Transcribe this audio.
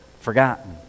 Forgotten